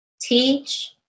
teach